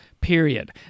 period